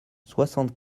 soixante